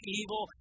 evil